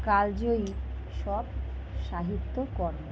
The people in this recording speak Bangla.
কালজয়ী সব সাহিত্যকর্ম